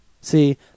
See